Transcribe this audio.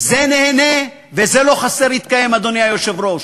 "זה נהנה וזה לא חסר" יתקיים, אדוני היושב-ראש.